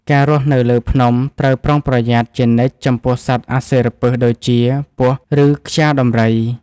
ការរស់នៅលើភ្នំត្រូវប្រុងប្រយ័ត្នជានិច្ចចំពោះសត្វអាសិរពិសដូចជា ពស់ ឬខ្យាដំរី។